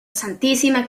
santísima